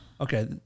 Okay